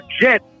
jet